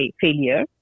failure